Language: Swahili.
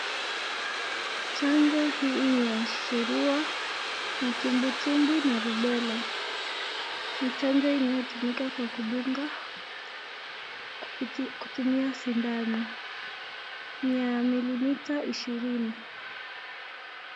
Chanjo hii ni ya surua ,matumbwitumbwi na rubela, ni chanjo inayotumika kwa kudunga kutumia sindano, ni ya milimita ishirini.